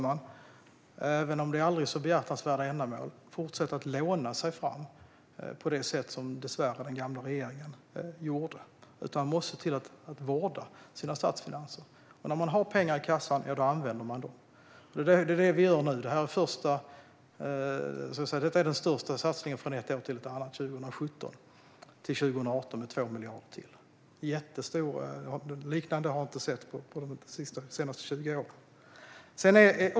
Man kan inte, hur behjärtansvärda ändamål det än är fråga om, fortsätta att låna sig fram på det sätt som den gamla regeringen dessvärre gjorde. Man måste se till att vårda sina statsfinanser. När man har pengar i kassan, då använder man dem. Det är det som vi nu gör. Detta är den största satsningen från ett år till ett annat, 2017-2018, med 2 miljarder till. Något liknande har vi inte sett under de senaste 20 åren.